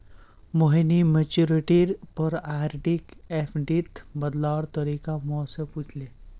मोहिनी मैच्योरिटीर पर आरडीक एफ़डीत बदलवार तरीका मो से पूछले